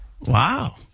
Wow